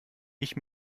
ich